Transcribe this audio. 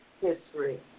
history